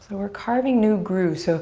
so we're carving new grooves. so